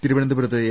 തിരു വനന്തപുരത്ത് എ